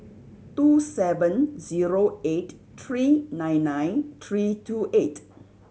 two seven zero eight three nine nine three two eight